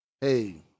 Hey